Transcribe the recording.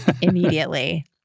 Immediately